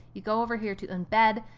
you go over here to embed.